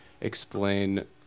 explain